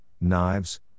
knives